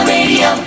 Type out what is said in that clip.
Radio